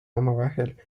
omavahel